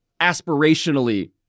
aspirationally